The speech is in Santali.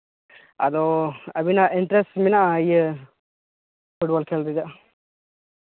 ᱟᱫᱚ ᱟᱹᱵᱤᱱᱟᱜ ᱤᱱᱴᱟᱨᱮᱥ ᱢᱮᱱᱟᱜᱼᱟ ᱤᱭᱟᱹ ᱯᱷᱩᱴᱵᱚᱞ ᱠᱷᱮᱞ ᱨᱮᱭᱟᱜ